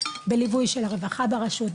בליווי של הרווחה ברשות,